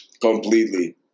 completely